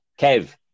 Kev